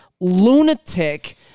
lunatic